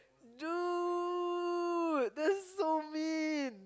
dude that's so mean